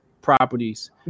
properties